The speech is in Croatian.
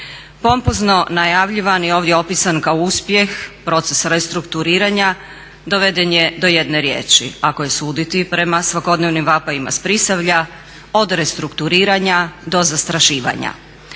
Pompozno najavljivani i ovdje opisan kao uspjeh proces restrukturiranja doveden je do jedne riječi. Ako je suditi prema svakodnevnim vapajima sa Prisavlja od restrukturiranja do zastrašivanja.